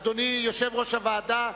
אדוני יושב-ראש הוועדה,